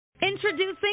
Introducing